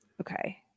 Okay